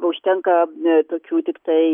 užtenka tokių tiktai